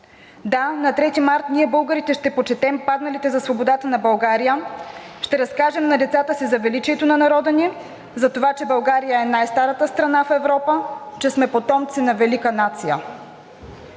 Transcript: Да, на Трети март ние българите ще почетем падналите за свободата на България, ще разкажем на децата си за величието на народа ни, затова че България е най-старата страна в Европа, че сме потомци на велика нация.